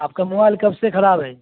آپ کا موبائل کب سے کھراب ہے